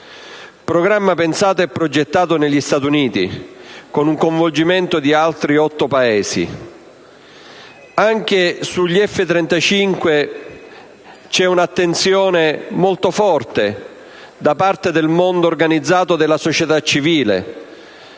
programma pensato e progettato negli Stati Uniti, con un coinvolgimento di altri otto Paesi. Anche sugli F-35 c'è un'attenzione molto forte da parte del mondo organizzato della società civile,